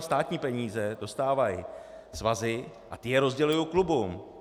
Státní peníze dostávají svazy a ty je rozdělují klubům.